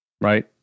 right